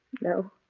No